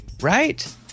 Right